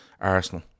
Arsenal